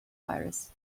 virus